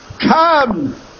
Come